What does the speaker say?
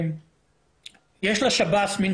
עכשיו תבין,